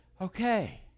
Okay